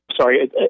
sorry